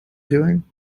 doing